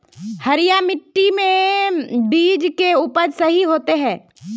हरिया मिट्टी में बीज के उपज सही होते है?